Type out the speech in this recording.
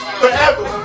forever